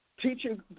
Teaching